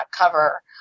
cover